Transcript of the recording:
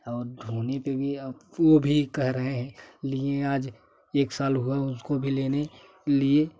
और धोने पे भी वो भी कह रहे हैं लिए आज एक साल हुआ उसको भी लेने लिए